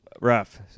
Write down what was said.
rough